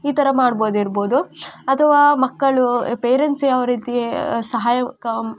ಈ ಥರ ಮಾಡ್ಬೋದು ಇರ್ಬೋದು ಅಥವಾ ಮಕ್ಕಳು ಪೇರೆಂಟ್ಸ್ ಯಾವ ರೀತಿ ಸಹಾಯಕ